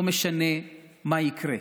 לא משנה מה יקרה,